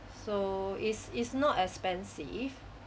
so is is not expensive